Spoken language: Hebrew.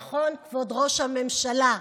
נכון, כבוד ראש הממשלה,